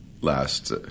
last